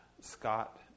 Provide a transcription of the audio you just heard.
Scott